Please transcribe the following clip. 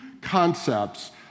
concepts